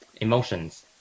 emotions